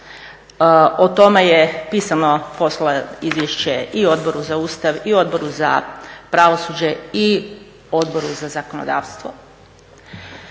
O tome je pisano poslano izvješće i Odboru za Ustav i Odboru za pravosuđe i Odboru za zakonodavstvo.